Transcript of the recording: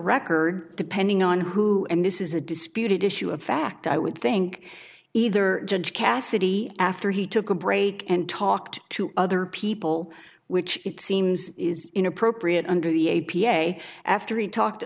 record depending on who and this is a disputed issue of fact i would think either judge cassidy after he took a break and talked to other people which it seems is inappropriate under the a p a after he talked to